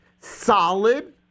solid